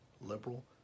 liberal